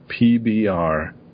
PBR